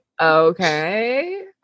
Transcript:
okay